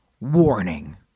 warning